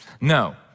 No